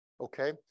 Okay